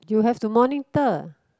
you have to monitor